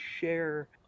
share